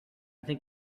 think